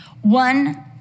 One